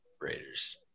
Raiders